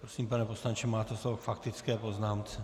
Prosím, pane poslanče, máte slovo k faktické poznámce.